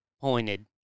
pointed